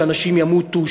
רוצים שאנשים ימותו?